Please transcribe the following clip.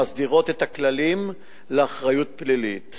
המסדירות את הכללים לאחריות פלילית